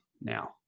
now